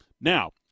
Now